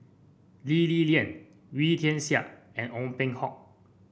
Lee Li Lian Wee Tian Siak and Ong Peng Hock